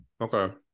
Okay